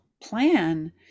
plan